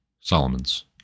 Solomons